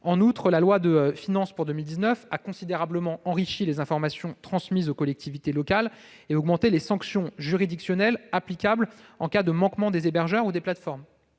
En outre, la loi de finances pour 2019 a considérablement enrichi les informations transmises aux collectivités locales et augmenté les sanctions juridictionnelles applicables en cas de manquement des hébergeurs ou des plateformes.